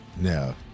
No